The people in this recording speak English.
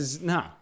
No